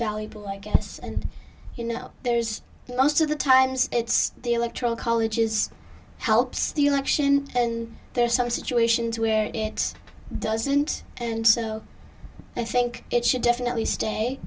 valuable i guess and you know there's most of the times it's the electoral college is helps the election and there are some situations where it doesn't and so i think it should definitely stay